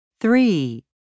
Three